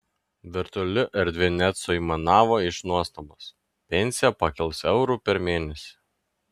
virtuali erdvė net suaimanavo iš nuostabos pensija pakils euru per mėnesį